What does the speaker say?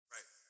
Right